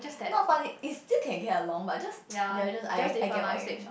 not funny is still can get along but just ya I get I get what you mean